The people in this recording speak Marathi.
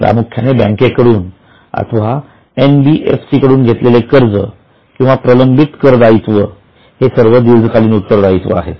प्रामुख्याने बँकेकडुन अथवा एनबीएफसी कडून घेतलेले कर्ज किंवा प्रलंबित कर दायित्व ही सर्व दीर्घकालीन उत्तर दायीत्व आहेत